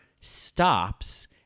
stops